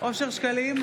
אושר שקלים,